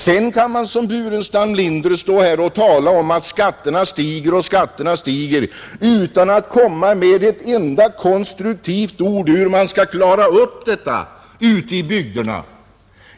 Sedan kan man som herr Burenstam Linder stå här och tala om att skatterna stiger och stiger utan att komma med ett enda konstruktivt ord om hur man skall klara av problemet ute i bygderna.